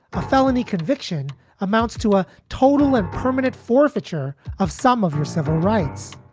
a felony conviction amounts to a total and permanent forfeiture of some of her civil rights.